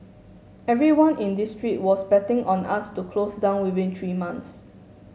everyone in this street was betting on us to close down within three months